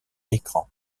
écran